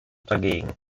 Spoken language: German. dagegen